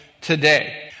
today